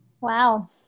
wow